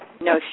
no